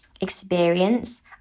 experience